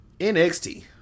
NXT